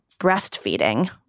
breastfeeding